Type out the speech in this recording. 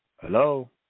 Hello